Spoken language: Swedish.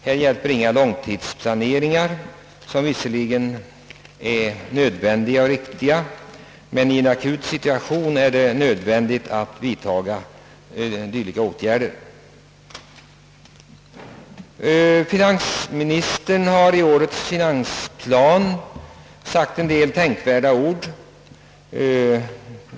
Här hjälper inga långtidsplaneringar. Sådana är i och för sig nödvändiga och riktiga, men i en akut situation är det nödvändigt att vidta snabba åtgärder. Finansministern har i årets finansplan sagt en del tänkvärda ord.